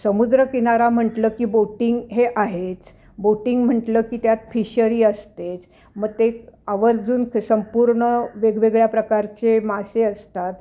समुद्रकिनारा म्हटलं की बोटिंग हे आहेच बोटिंग म्हटलं की त्यात फिशरी असतेच मग ते आवर्जून संपूर्ण वेगवेगळ्या प्रकारचे मासे असतात